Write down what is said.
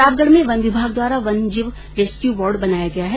प्रतापगढ में वन विभाग द्वारा वन्यजीव रेस्क्यू वार्ड बनाया गया है